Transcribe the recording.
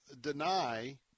deny